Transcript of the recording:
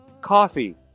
Coffee